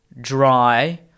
Dry